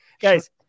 Guys